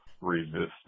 Resistance